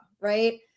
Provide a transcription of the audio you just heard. right